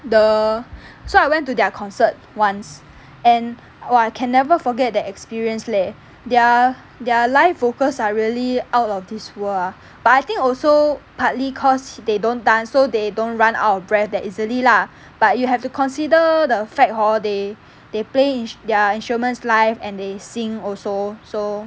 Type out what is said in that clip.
the so I went to their concert once and !wah! I can never forget that experience leh their their live vocals are really out of this world ah but I think also partly cause they don't dance so they don't run out of breath that easily lah but you have to consider the fact hor they they play their instruments live and they sing also so